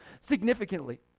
significantly